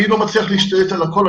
אני לא מצליח להשתלט על הכול,